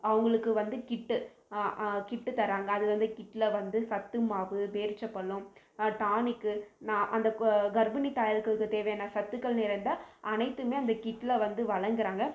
அவுங்களுக்கு வந்து kit kit தராங்க அது வந்து கிட்டில் வந்து சத்து மாவு பேரிச்சம்பழம் டானிக்கு அந்த கர்ப்பிணி தாயார்களுக்கு தேவையான சத்துக்கள் நிறைந்த அனைத்துமே அந்த கிட்டில் வந்து வழங்குறாங்க